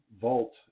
vault